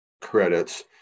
credits